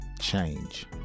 change